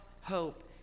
hope